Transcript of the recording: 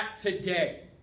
today